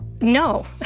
No